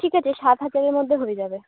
ঠিক আছে সাত হাজারের মধ্যে হয়ে যাবে